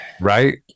right